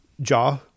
jaw